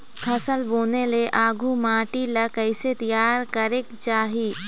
फसल बुने ले आघु माटी ला कइसे तियार करेक चाही?